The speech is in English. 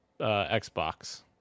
Xbox